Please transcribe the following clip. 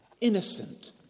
innocent